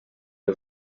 les